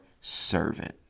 servant